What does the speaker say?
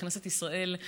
בכנסת ישראל.